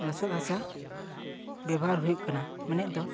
ᱞᱚᱥᱚᱫ ᱦᱟᱥᱟ ᱵᱮᱵᱷᱟᱨ ᱦᱩᱭᱩᱜ ᱠᱟᱱᱟ ᱢᱮᱱᱮᱫ ᱫᱚ